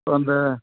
ಒಂದು